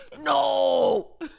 No